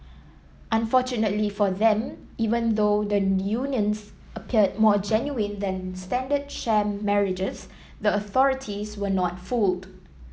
unfortunately for them even though the unions appeared more genuine than standard sham marriages the authorities were not fooled